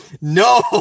No